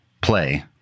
play